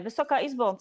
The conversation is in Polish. Wysoka Izbo!